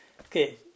okay